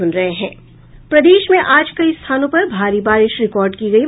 प्रदेश में आज कई स्थानों पर भारी बारिश रिकॉर्ड की गयी